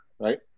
right